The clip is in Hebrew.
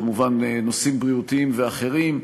כמובן נושאים בריאותיים ואחרים,